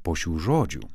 po šių žodžių